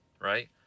right